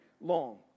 long